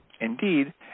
Indeed